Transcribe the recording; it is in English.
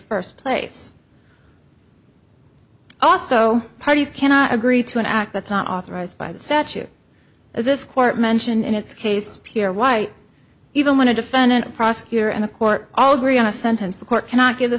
first place also parties cannot agree to an act that's not authorized by the statute as this court mentioned in its case pure white even when a defendant a prosecutor and a court all agree on a sentence the court cannot give the